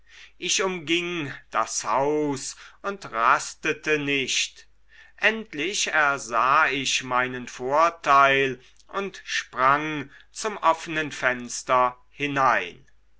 ich umging das haus und rastete nicht endlich ersah ich meinen vorteil und sprang zum offenen fenster hinein